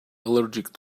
allergic